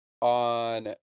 on